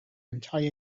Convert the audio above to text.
entire